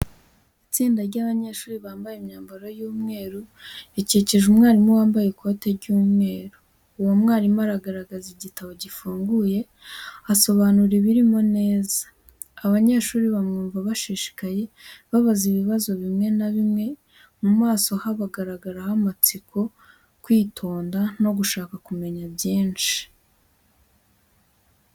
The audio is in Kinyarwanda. Itsinda ry’abanyeshuri bambaye imyambaro y’umweru ryikije umwarimu wambaye ikoti ry’umweru. Uwo mwarimu agaragaza igitabo gifunguye, asobanura ibirimo neza. Abanyeshuri bamwumva bashishikaye, babaza ibibazo rimwe na rimwe, mu maso habagaragaraho amatsiko, kwitonda no gushaka kumenya byinshi.